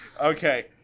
Okay